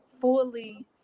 fully